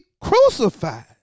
crucified